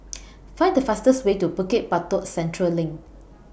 Find The fastest Way to Bukit Batok Central LINK